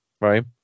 right